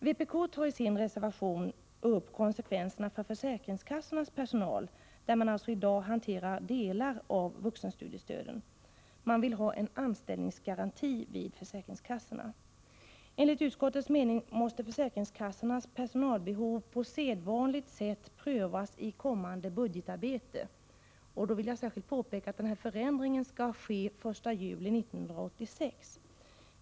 Vpk tar i sin reservation upp konsekvenserna för försäkringskassornas personal, som alltså i dag hanterar delar av vuxenstudiestöden. Man vill ha en anställningsgaranti vid försäkringskassorna. Enligt utskottets mening måste försäkringskassornas personalbehov på sedvanligt sätt prövas i kommande budgetarbete. Jag vill påpeka att förändringen skall ske den 1 juli 1986.